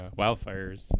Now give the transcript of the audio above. wildfires